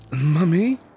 Mummy